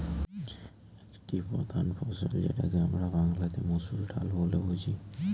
একটি প্রধান ফসল যেটাকে আমরা বাংলাতে মসুর ডাল বলে বুঝি